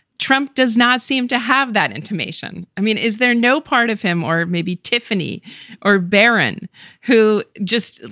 trump does not seem to have that information. i mean, is there no part of him or maybe tiffany or baron who just,